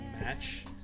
match